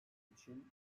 için